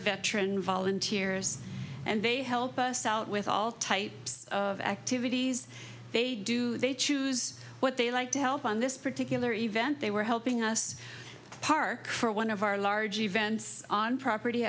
veteran volunteers and they help us out with all types of activities they do they choose what they like to help on this particular event they were helping us park for one of our large events on property